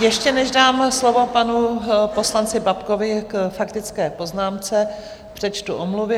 Ještě než dám slovo panu poslanci Babkovi k faktické poznámce, přečtu omluvy.